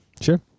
Sure